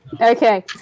Okay